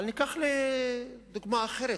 אבל ניקח דוגמה אחרת,